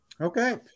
Okay